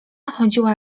chodziła